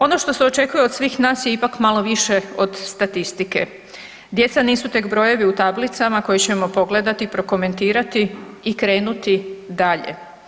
Ono što se očekuje od svih nas je ipak malo više od statistike, djeca nisu tek brojevi u tablicama koje ćemo pogledati, prokomentirati i krenuti dalje.